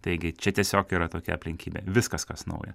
taigi čia tiesiog yra tokia aplinkybė viskas kas nauja